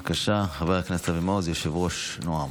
בבקשה, חבר הכנסת אבי מעוז, יושב-ראש נעם.